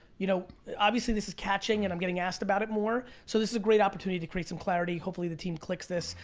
you know obviously this is catching and i'm getting asked about it more, so this is a great opportunity to create some clarity, hopefully the team clicks this,